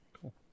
cool